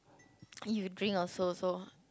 you drink also so